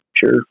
Sure